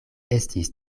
estis